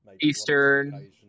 Eastern